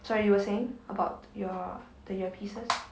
sorry you were saying about your the earpieces